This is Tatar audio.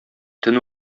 төн